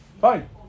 Fine